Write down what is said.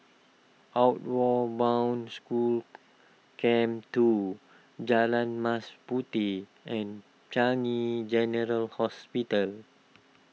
Outward Bound School Camp two Jalan Mas Puteh and Changi General Hospital